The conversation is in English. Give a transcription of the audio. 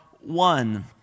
one